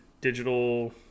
digital